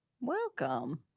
Welcome